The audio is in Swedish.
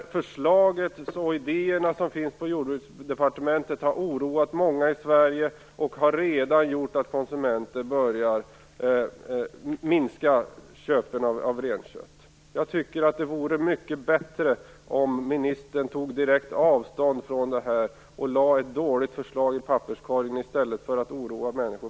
Förslaget och idéerna som finns på Jordbruksdepartementet har oroat många i Sverige och har redan lett till att konsumtionen av renkött har minskat. Jag tycker att det vore mycket bättre om ministern tog direkt avstånd från detta och lade ett dåligt förslag i papperskorgen i stället för att oroa människor.